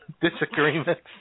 disagreements